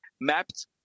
mapped